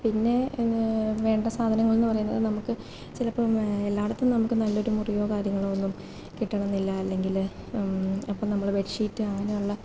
പിന്നെ വേണ്ട സാധനങ്ങൾ എന്നു പറയുന്നത് നമുക്ക് ചിലപ്പോൾ എല്ലായിടത്തും നമുക്കു നല്ലൊരു മുറിയോ കാര്യങ്ങളോന്നും കിട്ടണമെന്നില്ല അല്ലെങ്കിൽ അപ്പോൾ നമ്മൾ ബെഡ് ഷീറ്റ് അങ്ങനെയുള്ള